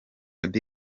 eddy